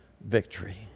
victory